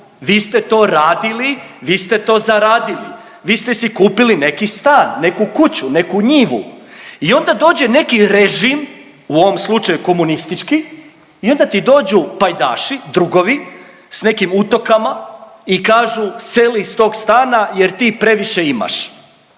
vi ste to radili, vi ste to zaradili, vi ste si kupili neki stan, neku kuću, neku njivu i onda dođe neki režim u ovom slučaju komunistički i onda ti dođu pajdaši, drugovi s nekim utokama i kažu seli iz tog stana jer ti previše imaš.